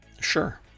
Sure